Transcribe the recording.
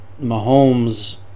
Mahomes